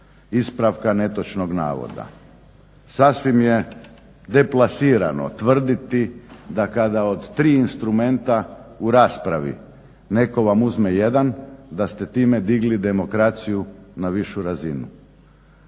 ispravka netočnog navoda. Sasvim je deplasirano tvrditi da kada od tri instrumenta u raspravi netko vam uzme jedan da ste time digli demokraciju na višu razinu.